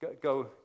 go